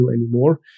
anymore